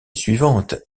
suivante